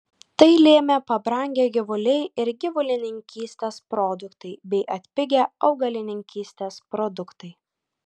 tai lėmė pabrangę gyvuliai ir gyvulininkystės produktai bei atpigę augalininkystės produktai